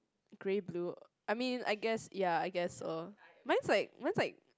grey blue I mean I guess ya I guess so mine's like mine's like